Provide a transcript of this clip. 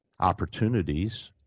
opportunities